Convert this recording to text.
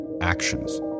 actions